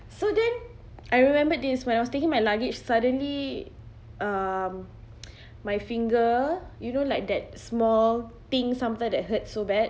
so then I remembered this when I was taking my luggage suddenly um my finger you know like that small thing sometimes that hurt so bad